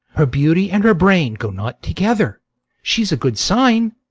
her beauty and her brain go not together she's a good sign,